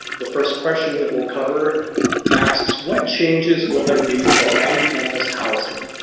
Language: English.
the first question that we'll cover asks what changes will there be for on-campus housing?